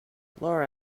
lara